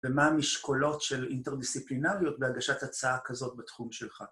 ומה המשקולות של אינטרדיסציפלינריות בהגשת הצעה כזאת בתחום שלך.